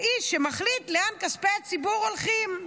האיש שמחליט לאן כספי הציבור הולכים.